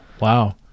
Wow